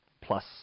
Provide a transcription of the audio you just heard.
plus